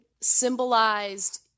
symbolized –